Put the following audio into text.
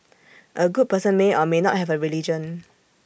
A good person may or may not have A religion